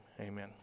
amen